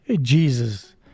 Jesus